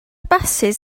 basys